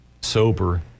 sober